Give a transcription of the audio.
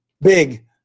Big